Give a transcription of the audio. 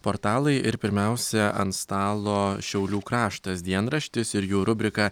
portalai ir pirmiausia ant stalo šiaulių kraštas dienraštis ir jo rubrika